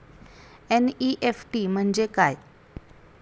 NEFT म्हणजे काय?